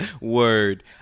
Word